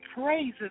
praises